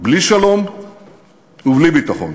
בלי שלום ובלי ביטחון,